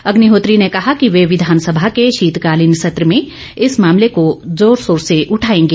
अग्निहोत्री ने कहा कि वह विधानसभा के शीतकालीन सत्र में इस मामले को जोरशोर से उठाएंगे